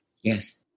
Yes